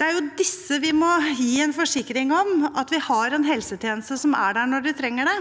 Det er disse vi må gi en forsikring om at vi har en helsetjeneste som er der når de trenger det.